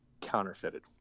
counterfeited